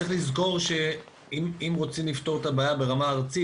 צריך לזכור שאם רוצים לפתור את הבעיה ברמה ארצית